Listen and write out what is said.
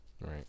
Right